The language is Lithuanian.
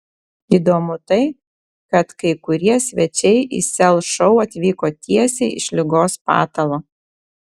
įdomu tai kad kai kurie svečiai į sel šou atvyko tiesiai iš ligos patalo